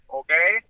okay